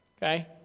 Okay